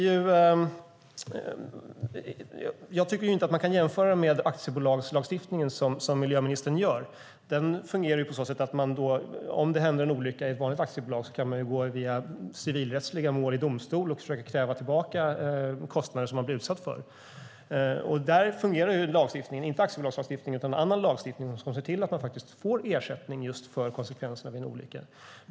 Jag tycker inte att man kan jämföra med aktiebolagslagstiftningen som miljöministern gör. Den fungerar på så sätt att om det händer en olycka i ett vanligt aktiebolag kan man gå via civilrättsliga mål i domstol och försöka kräva tillbaka kostnader som man har blivit utsatt för. Där fungerar lagstiftningen - inte aktiebolagslagstiftningen utan annan lagstiftning - och ser till att man faktiskt får ersättning för just konsekvenserna vid en olycka.